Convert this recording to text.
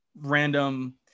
random